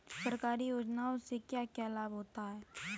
सरकारी योजनाओं से क्या क्या लाभ होता है?